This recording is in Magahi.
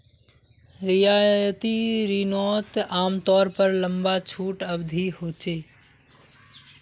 रियायती रिनोत आमतौर पर लंबा छुट अवधी होचे